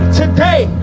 today